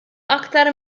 aktar